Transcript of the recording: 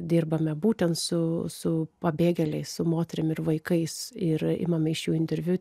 dirbame būtent su su pabėgėliais su moterim ir vaikais ir imame iš jų interviu